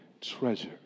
treasure